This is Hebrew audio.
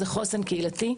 זה חוסן קהילתי ונפשי.